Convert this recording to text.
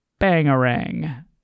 Bangarang